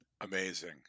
Amazing